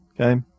Okay